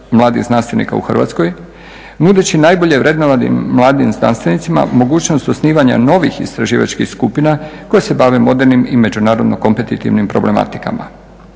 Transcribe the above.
mladih znanstvenika u Hrvatskoj nudeći najbolje vrednovanim mladim znanstvenicima mogućnost osnivanja novih istraživačkih skupina koje se bave modernim i međunarodno kompetitivnim problematikama.